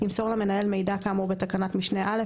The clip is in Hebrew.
ימסור למנהל מידע כאמור בתקנת משנה (א)